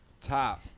Top